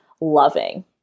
loving